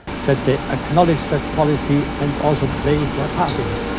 that they acknowledge that policy and also play their part in it.